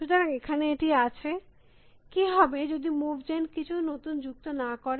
সুতরাং এখানে এটি আছে কী হবে যদি মুভ জেন কিছু নতুন যুক্ত না করে